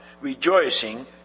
rejoicing